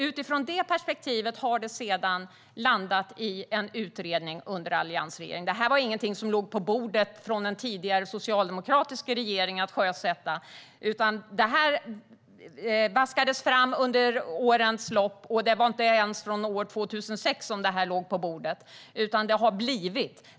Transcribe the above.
Utifrån detta perspektiv tillsattes sedan en utredning under alliansregeringen. Detta var inget som låg på bordet och skulle sjösättas från den tidigare socialdemokratiska regeringen, utan det är något som har vaskats fram under årens lopp. Det låg inte ens på bordet från år 2006. Det har i stället vuxit fram.